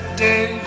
day